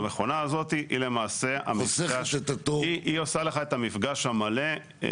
המכונה הזאת היא עושה לך מפגש מלא עם